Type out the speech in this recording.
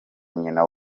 nyina